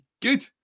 Good